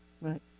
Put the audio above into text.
Right